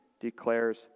declares